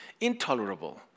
intolerable